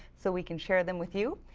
so, we can share them with you.